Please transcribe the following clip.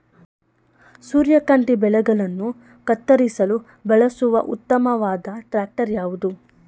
ಸೂರ್ಯಕಾಂತಿ ಬೆಳೆಗಳನ್ನು ಕತ್ತರಿಸಲು ಬಳಸುವ ಉತ್ತಮವಾದ ಟ್ರಾಕ್ಟರ್ ಯಾವುದು?